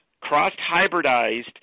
cross-hybridized